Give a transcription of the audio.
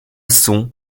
sont